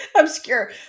Obscure